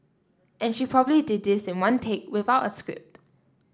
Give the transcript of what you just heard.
and she probably did this in one take without a script